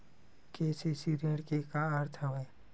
KCC ऋण के का अर्थ हवय?